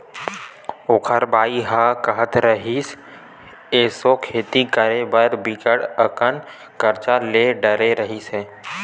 ओखर बाई ह काहत रिहिस, एसो खेती करे बर बिकट अकन करजा ले डरे रिहिस हे